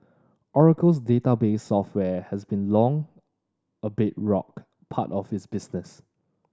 oracle's database software has long been a bedrock part of its business